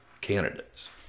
candidates